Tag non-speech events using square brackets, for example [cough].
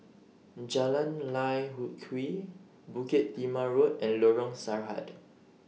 Jalan Lye [unintelligible] Kwee Bukit Timah Road and Lorong Sarhad